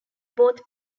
both